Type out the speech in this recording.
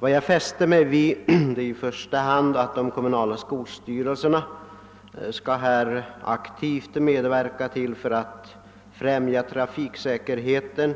Vad jag i första hand fäste mig vid är att de kommunala skolstyrelserna aktivt skall medverka för att främja trafiksäkerheten